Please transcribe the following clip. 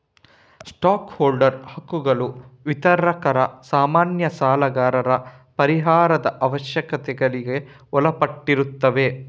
stock holder ಹಕ್ಕುಗಳು ವಿತರಕರ, ಸಾಮಾನ್ಯ ಸಾಲಗಾರರ ಪರಿಹಾರದ ಅವಶ್ಯಕತೆಗಳಿಗೆ ಒಳಪಟ್ಟಿರುತ್ತವೆ